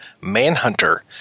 Manhunter